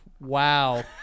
Wow